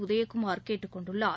உதயகுமார் கேட்டுக் கொண்டுள்ளார்